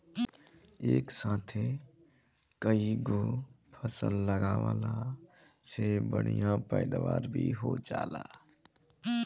एक साथे कईगो फसल लगावला से बढ़िया पैदावार भी हो जाला